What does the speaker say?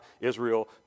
Israel